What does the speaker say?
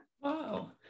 wow